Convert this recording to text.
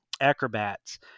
acrobats